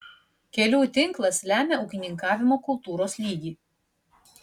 kelių tinklas lemia ūkininkavimo kultūros lygį